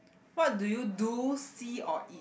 what do you do see or eat